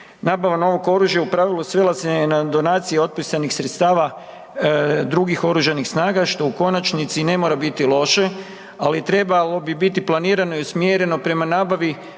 Nabava novog oružja u pravilu svela se je na donacije otpisanih sredstava drugih oružanih snaga, što u konačnici ne mora biti loše, ali trebalo bi biti planirano i usmjereno prema nabavi